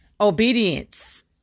Obedience